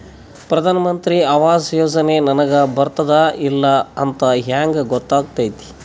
ಪ್ರಧಾನ ಮಂತ್ರಿ ಆವಾಸ್ ಯೋಜನೆ ನನಗ ಬರುತ್ತದ ಇಲ್ಲ ಅಂತ ಹೆಂಗ್ ಗೊತ್ತಾಗತೈತಿ?